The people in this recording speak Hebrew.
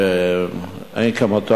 שאין כמותו,